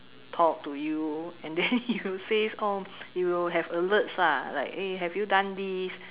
talk to you and then it will says oh it will have alerts lah like eh have you done this